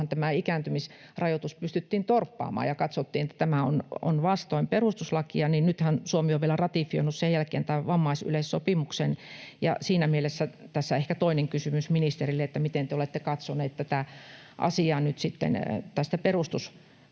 ikääntymisrajoitus pystyttiin torppaamaan ja katsottiin, että tämä on vastoin perustuslakia, mutta nythän Suomi on vielä sen jälkeen ratifioinut tämän vammaisyleissopimuksen. Siinä mielessä tässä ehkä toinen kysymys ministerille: miten te olette nyt katsoneet tätä asiaa perustuslakinäkökulmasta?